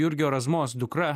jurgio razmos dukra